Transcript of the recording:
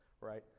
right